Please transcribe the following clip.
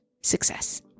success